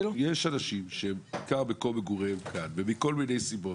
יש אנשים שעיקר מקום מגוריהם כאן ומכל מיני סיבות,